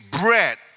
bread